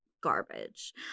garbage